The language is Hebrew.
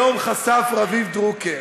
היום חשף רביב דרוקר